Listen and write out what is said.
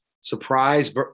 surprise